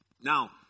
now